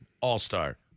All-star